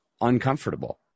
uncomfortable